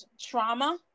trauma